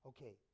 Okay